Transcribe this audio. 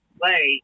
play